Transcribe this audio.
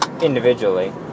individually